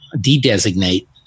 de-designate